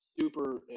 super